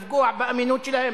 לפגוע באמינות שלהם.